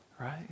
Right